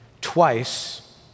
twice